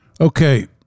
Okay